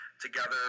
together